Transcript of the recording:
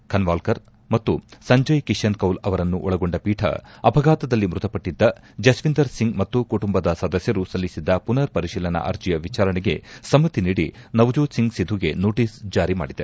ಖನ್ವಾಲ್ಕರ್ ಮತ್ತು ಸಂಜಯ್ ಕಿಶನ್ ಕೌಲ್ ಅವರನ್ನು ಒಳಗೊಂಡ ಪೀಠ ಅಪಘಾತದಲ್ಲಿ ಮೃತಪಟ್ನದ್ದ ಜಸ್ತಿಂಧರ್ ಸಿಂಗ್ ಮತ್ತು ಕುಟುಂಬದ ಸದಸ್ದರು ಸಲ್ಲಿಸಿದ್ದ ಪುನರ್ ಪರಿಶೀಲನಾ ಅರ್ಜಿಯ ವಿಚಾರಣೆಗೆ ಸಮ್ಮತಿ ನೀಡಿ ನವಜೋತ್ ಸಿಂಗ್ ಸಿಧುಗೆ ನೋಟಿಸ್ ಜಾರಿ ಮಾಡಿದೆ